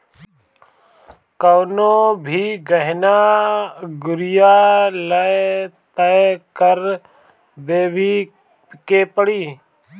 कवनो भी गहना गुरिया लअ तअ कर देवही के पड़ी